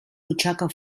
butxaca